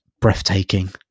breathtaking